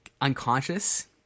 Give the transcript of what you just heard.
unconscious